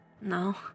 No